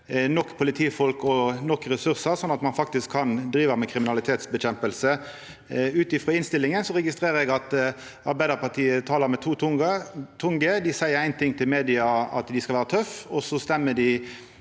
nok politifolk og nok ressursar, sånn at ein kan driva med kriminalitetsnedkjemping? Ut frå innstillinga registrerer eg at Arbeidarpartiet taler med to tunger. Dei seier éin ting til media – at dei skal vera tøffe – og så stemmer dei